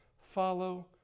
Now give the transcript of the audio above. follow